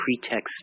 pretext